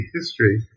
history